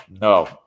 No